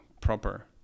proper